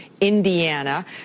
Indiana